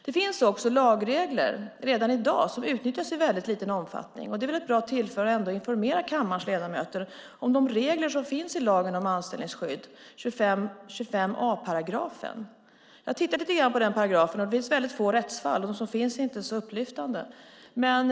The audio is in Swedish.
Det finns också redan i dag lagregler som utnyttjas i väldigt liten omfattning. Detta är väl ett bra tillfälle att informera kammarens ledamöter om de regler som finns i lagen om anställningsskydd, särskilt 25 a §. Jag har tittat lite grann på den paragrafen. Det finns väldigt få rättsfall där den tillämpas, och de som finns är inte så upplyftande.